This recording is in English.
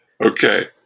Okay